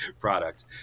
product